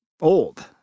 old